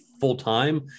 full-time